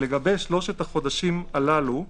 לגבי שלושת החודשים הללו,